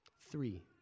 Three